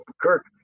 Kirk